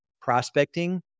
prospecting